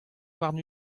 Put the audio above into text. warn